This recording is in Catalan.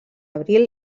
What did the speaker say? abril